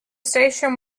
station